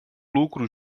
lucro